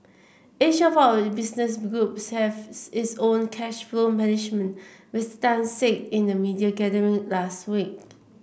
each of our business groups has its own cash flow management Mister Tan say in the media gathering last week